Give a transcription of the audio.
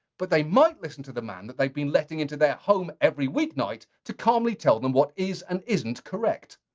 but they might listen to the man that they've been letting into their home every weeknight, to calmly tell them what is and isn't correct.